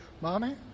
Mommy